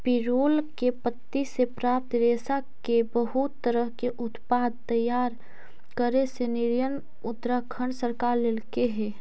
पिरुल के पत्ति से प्राप्त रेशा से बहुत तरह के उत्पाद तैयार करे के निर्णय उत्तराखण्ड सरकार लेल्के हई